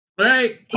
Right